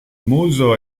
muso